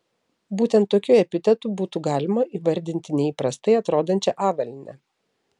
būtent tokiu epitetu būtų galima įvardyti neįprastai atrodančią avalynę